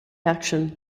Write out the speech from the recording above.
action